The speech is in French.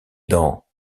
dans